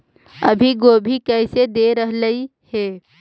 अभी गोभी कैसे दे रहलई हे?